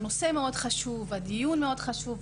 הנושא מאוד חשובה והדיון מאוד חשוב.